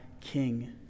king